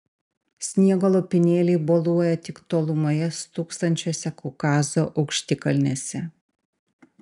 sniego lopinėliai boluoja tik tolumoje stūksančiose kaukazo aukštikalnėse